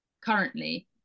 currently